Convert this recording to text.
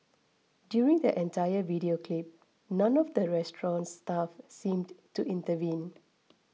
during the entire video clip none of the restaurant's staff seemed to intervene